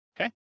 okay